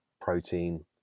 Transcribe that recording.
protein